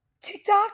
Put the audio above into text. TikTok